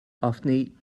ofni